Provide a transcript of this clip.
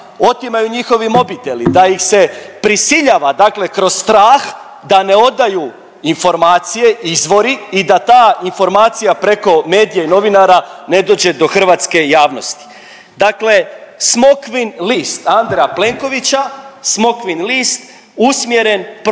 otimaju njihovi mobiteli, da ih se prisiljava dakle kroz strah da ne odaju informacije, izvori i da ta informacija preko medija i novinara ne dođe do hrvatske javnosti. Dakle, smokvin list Andreja Plenkovića, smokvin list usmjeren protiv